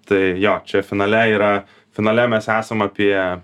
tai jo čia finale yra finale mes esam apie